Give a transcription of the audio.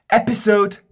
episode